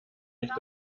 nicht